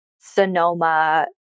Sonoma